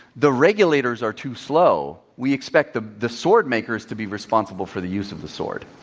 the regulators are too slow. we expect the the sword makers to be responsible for the use of the sword.